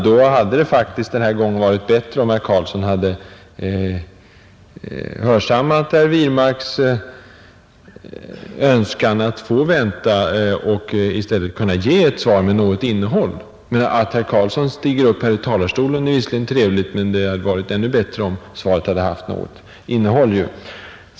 Då hade det faktiskt den här gången varit bättre om herr Carlsson hade hörsammat herr Wirmarks önskan att få vänta, och i stället kunnat ge ett svar med något innehåll. Att herr Carlsson stiger upp här i talarstolen är visserligen trevligt, men det är ännu bättre om han har något att säga.